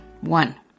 One